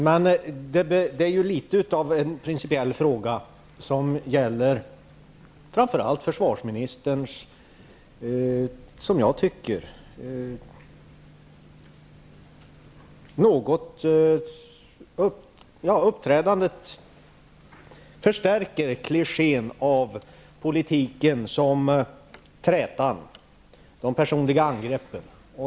Men framför allt när det gäller försvarsministern tycker jag att uppträdandet förstärker klichén att politik handlar om träta och personliga angrepp.